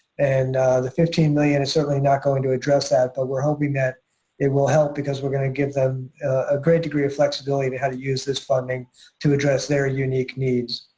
and the fifteen million is certainly not going to address that, but we're hoping that it will help because we're going to give them a great degree of flexibility with how to use this funding to address their unique needs.